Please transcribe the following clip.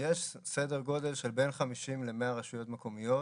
סדר גודל של בין 50 ל-100 רשויות מקומיות